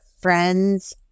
friends